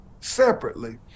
separately